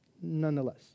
nonetheless